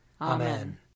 Amen